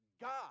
God